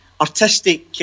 artistic